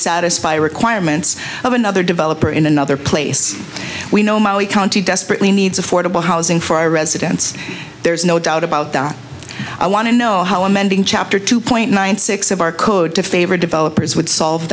satisfy the requirements of another developer in another place we know mali county desperately needs affordable housing for our residents there's no doubt about that i want to know how amending chapter two point nine six of our code to favor developers would solve